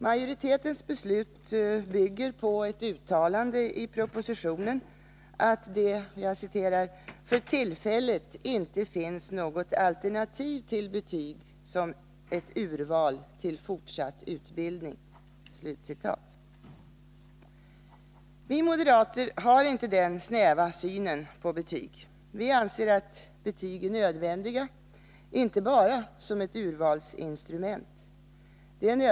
Majoritetens beslut bygger på uttalandet i propositionen 1978/79:180 att det ”för tillfället inte finns något alternativ till betyg såsom ett urval till fortsatt utbildning”. Vi moderater har inte den snäva synen på betyg. Vi anser att betyg är nödvändiga inte bara som ett urvalsinstrument.